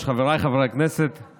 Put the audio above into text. כשאורי מקלב ביקש לעבור מצד אחד וכשמשה